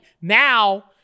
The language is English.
now